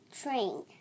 train